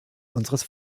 unseres